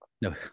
no